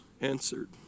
answered